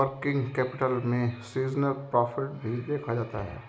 working capital में seasonal profit भी देखा जाता है